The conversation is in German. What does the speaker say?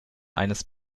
eines